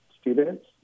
students